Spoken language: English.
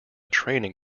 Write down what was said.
training